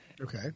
Okay